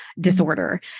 disorder